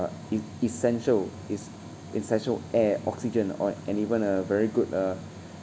e~ essential is essential air oxygen o~ and even uh very good uh